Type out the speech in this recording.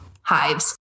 hives